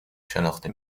شناخته